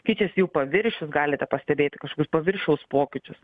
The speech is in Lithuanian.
keičiasi jų paviršius galite pastebėti kažkokius paviršiaus pokyčius